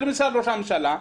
של משרד ראש הממשלה.